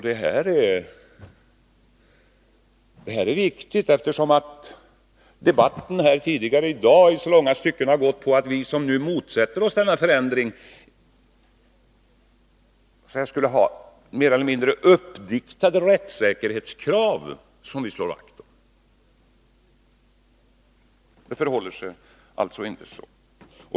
Det här är viktigt, eftersom debatten tidigare i dag i långa stycken har gått ut på att vi som nu motsätter oss denna förändring skulle ha mer e!ler mindre uppdiktade rättssäkerhetskrav som vi slår vakt om. Så förhåller det sig alltså inte.